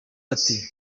ati